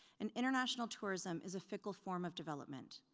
and international tourism is a fickle form of development.